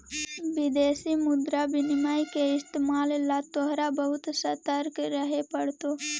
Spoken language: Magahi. विदेशी मुद्रा विनिमय के इस्तेमाल ला तोहरा बहुत ससतर्क रहे पड़तो